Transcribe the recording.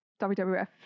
WWF